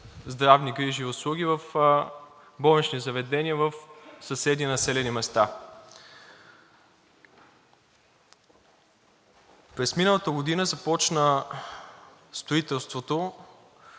здравни грижи и услуги в болнични заведения в съседни населени места. През миналата година започна строителството